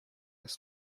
this